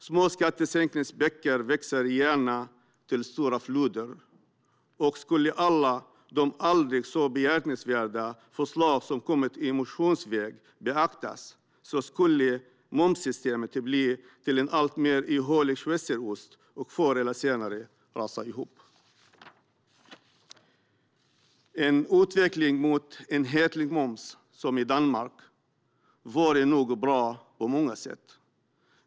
Små skattesänkningsbäckar växer gärna till stora floder, och skulle alla de aldrig så behjärtansvärda förslag som kommit i motionsväg beaktas skulle momssystemet bli till en alltmer ihålig schweizerost och förr eller senare rasa ihop. En utveckling mot en enhetlig moms, som i Danmark, vore nog bra på många sätt.